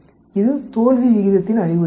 இது தோல்வி விகிதத்தின் அறிகுறியாகும்